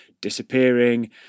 disappearing